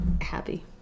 happy